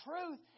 Truth